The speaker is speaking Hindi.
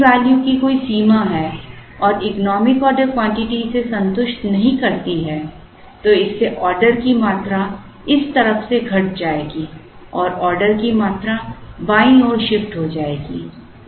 यदि मनी वैल्यू की कोई सीमा है और इकोनॉमिक ऑर्डर क्वांटिटी इसे संतुष्ट नहीं करती हैं तो इससे ऑर्डर की मात्रा इस तरफ से घट जाएगी और ऑर्डर की मात्रा बाईं ओर शिफ्ट हो जाएगी